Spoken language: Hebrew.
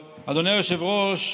היושב-ראש,